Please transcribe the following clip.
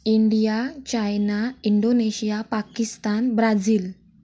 India China Indonesia Pakistan Brazil